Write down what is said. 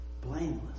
Blameless